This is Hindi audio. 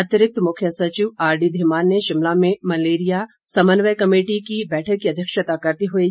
अतिरिक्त मुख्य सचिव आर डी धीमान ने शिमला में मलेरिया समन्वय कमेटी की बैठक की अध्यक्षता करते हुए यह बात कही